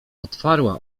otwarła